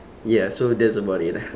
ya so that's about it ah